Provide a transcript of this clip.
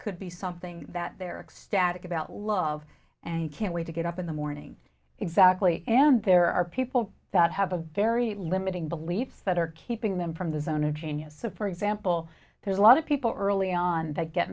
could be something that they're ecstatic about love and can't wait to get up in the morning exactly and there are people that have a very limiting beliefs that are keeping them from the zona genius of for example to a lot of people early on they get